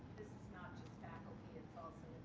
this is not just faculty, it's also